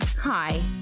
Hi